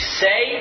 say